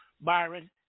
byron